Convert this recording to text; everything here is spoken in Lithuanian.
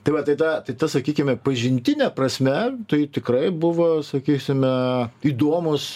tai va tai ta tai ta sakykime pažintine prasme tai tikrai buvo sakysime įdomus